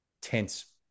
tense